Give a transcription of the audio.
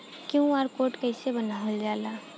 QR code कइसे बनवाल जाला?